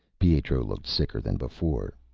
pietro looked sicker than before.